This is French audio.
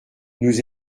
nous